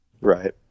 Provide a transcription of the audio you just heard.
right